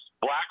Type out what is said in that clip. Black